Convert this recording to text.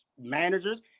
managers